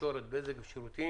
התקשורת (בזק ושידורים)